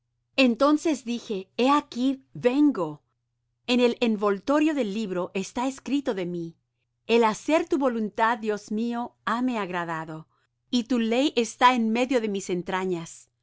entonces dije he aquí vengo en el envoltorio del libro está escrito de mí el hacer tu voluntad dios mío hame agradado y tu ley está en medio de mis entrañas